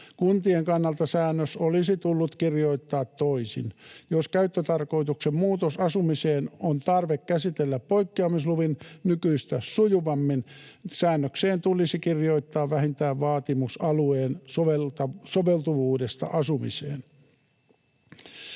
Kuntien kannalta säännös olisi tullut kirjoittaa toisin. Jos käyttötarkoituksen muutos asumiseen on tarve käsitellä poikkeamisluvin nykyistä sujuvammin, säännökseen tulisi kirjoittaa vähintään vaatimus alueen soveltuvuudesta asumiseen.”